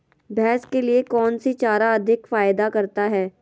भैंस के लिए कौन सी चारा अधिक फायदा करता है?